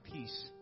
peace